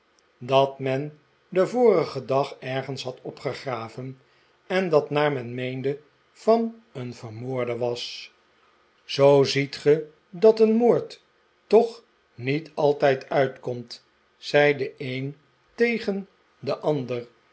dat men den vorigen dag ergens had opgegraven en dat naar men meende van een vermoorde was zoo ziet ge dat een moord toch niet altijd uitkomt zei de een tegen den ander